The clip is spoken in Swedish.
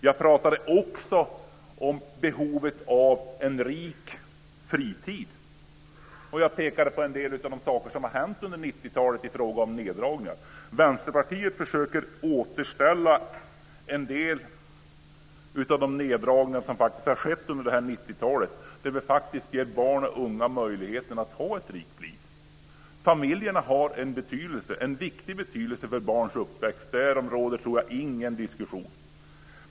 Jag pratade också om behovet av en rik fritid. Jag pekade på en del av de saker som har hänt under 90-talet i fråga om neddragningar. Vänsterpartiet försöker återställa en del av de neddragningar som har skett under 90-talet så att barn och unga faktiskt ges möjligheten till ett rikt liv. Familjerna har en viktig betydelse för barns uppväxt. Därom råder ingen diskussion.